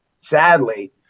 sadly